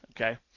Okay